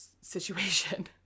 situation